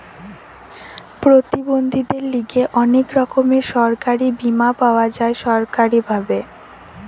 প্রতিবন্ধীদের লিগে অনেক রকমের সরকারি বীমা পাওয়া যায় সরকারি ভাবে